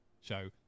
show